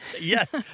Yes